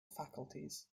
faculties